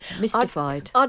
mystified